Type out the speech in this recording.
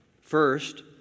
First